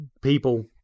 people